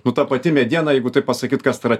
nu ta pati mediena jeigu taip pasakyt kas tai yra